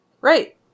Right